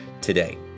today